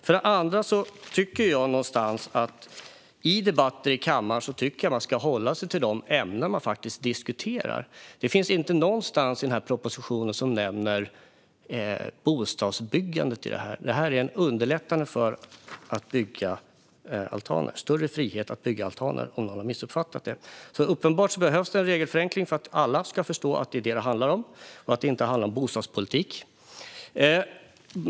För det andra tycker jag att man i debatter i kammaren ska hålla sig till de ämnen som diskuteras. Det finns inget i propositionen som nämner bostadsbyggandet. Det handlar om ett underlättande av byggande av altaner, alltså att man får större frihet att bygga altaner, om nu någon har missuppfattat detta. Uppenbarligen behövs det en regelförenkling för att alla ska förstå att det är detta det handlar om och att det inte handlar om bostadspolitik.